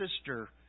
sister